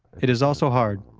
it is also hard.